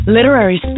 Literary